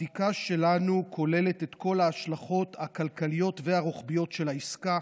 הבדיקה שלנו כוללת את כל ההשלכות הכלכליות והרוחביות של העסקה,